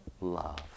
love